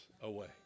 away